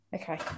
okay